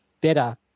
better